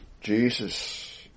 Jesus